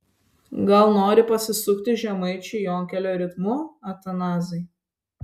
gal nori pasisukti žemaičių jonkelio ritmu atanazai